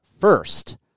first